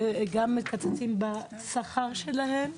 ומקצצים גם בשכר שלהם.